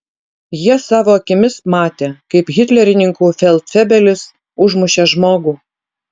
jie savo akimis matė kaip hitlerininkų feldfebelis užmušė žmogų